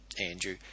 Andrew